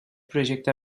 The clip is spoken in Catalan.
projecte